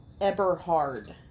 Eberhard